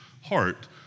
heart